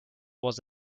was